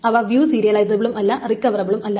അവ വ്യൂ സീരിയലിസബിളും അല്ല റിക്കവറബിളും അല്ല